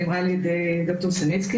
שנאמרה על ידי ד"ר סנצקי.